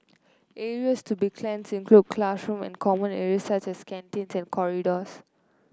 areas to be cleans include classroom and common areas such as canteen and corridors